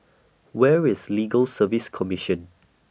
Where IS Legal Service Commission